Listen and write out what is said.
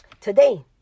today